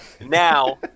now